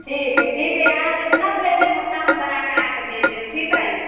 ठीक हइ ठीक हइ अहाँ जितना भेज देब हम उतना हम बना कऽ अहाँके हम भेज देब ठीक हइ